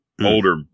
Older